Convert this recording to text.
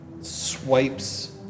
Swipes